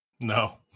No